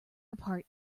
apart